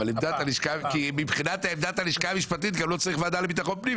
אבל מבחינת עמדת הלשכה המשפטית גם לא צריך ועדה לביטחון פנים,